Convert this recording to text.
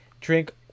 drink